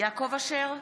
יעקב אשר,